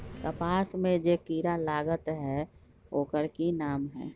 कपास में जे किरा लागत है ओकर कि नाम है?